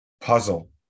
puzzle